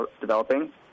developing